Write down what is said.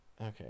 okay